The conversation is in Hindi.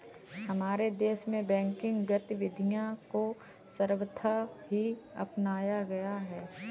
हमारे देश में बैंकिंग गतिविधियां को सर्वथा ही अपनाया गया है